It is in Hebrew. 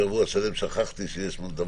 לסדר.